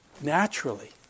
naturally